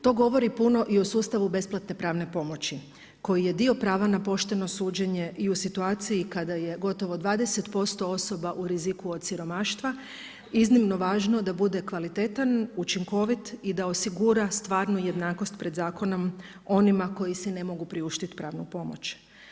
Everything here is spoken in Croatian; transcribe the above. To govori puno i o sustavu besplatne pravne pomoći koji je dio prava na pošteno suđenje i u situaciji kada je gotovo 20% osoba u riziku od siromaštva iznimno važno da bude kvalitetan, učinkovit i da osigura stvarnu jednakost pred zakonom onima koji si ne mogu priuštiti pravnu pomoć.